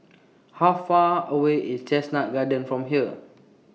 How Far away IS Chestnut Gardens from here